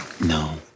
No